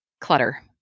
clutter